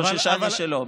חוששני שלא.